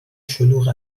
شلوغ